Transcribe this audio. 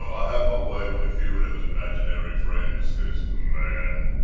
i had my way with a few of those imaginary friends, because, man.